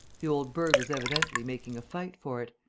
the old bird was evidently making a fight for it,